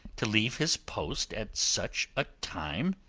to leave his post at such a time?